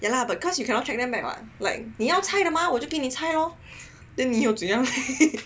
ya lah because you cannot track them back [what] cause 你要菜的嘛我就给你菜的 lor 你要怎样